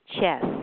CHESS